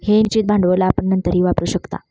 हे निश्चित भांडवल आपण नंतरही वापरू शकता